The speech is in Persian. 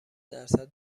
درصد